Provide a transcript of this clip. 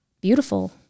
beautiful